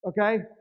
okay